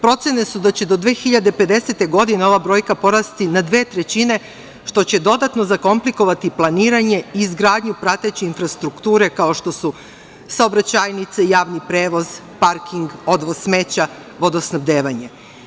Procene su da će do 2050. godine ova brojka porasti na dve trećine, što će dodatno zakomplikovati planiranje i izgradnju prateće infrastrukture, kao što su saobraćajnice, javni prevoz, parking, odvoz smeća, vodosnabdevanje.